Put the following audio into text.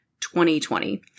2020